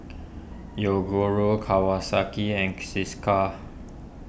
Yoguru Kawasaki and Cesar